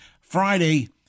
Friday